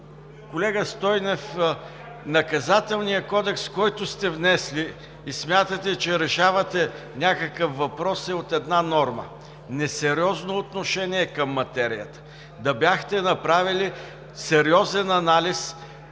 Колега Стойнев, Наказателният кодекс, който сте внесли, и смятате, че решавате някакъв въпрос, е от една норма – несериозно отношение към материята. Да бяхте направили сериозен анализ